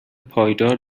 پایدار